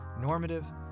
normative